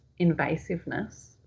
invasiveness